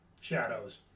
shadows